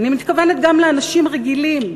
אני מתכוונת גם לאנשים רגילים.